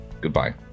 goodbye